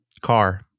Car